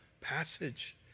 passage